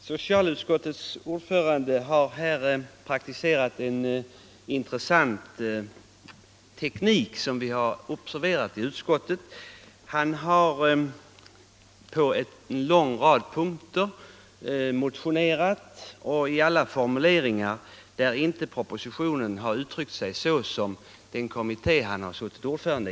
Socialutskottets ordförande har, såsom vi observerat i utskottet, praktiserat en intressant teknik här. Han har motionerat på en rad punkter när det gäller alla formuleringar där inte propositionen har uttryckt sig på samma sätt som den kommitté där han har suttit ordförande.